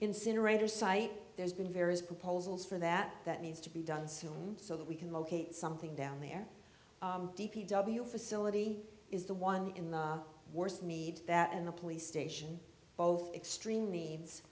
incinerator site there's been various proposals for that that needs to be done soon so that we can locate something down there d p w facility is the one in the worst need that and the police station both extreme